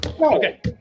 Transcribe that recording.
okay